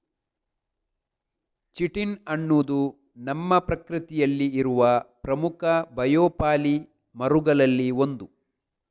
chitin ಅನ್ನುದು ನಮ್ಮ ಪ್ರಕೃತಿಯಲ್ಲಿ ಇರುವ ಪ್ರಮುಖ ಬಯೋಪಾಲಿಮರುಗಳಲ್ಲಿ ಒಂದು